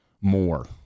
more